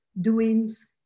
doings